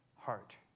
heart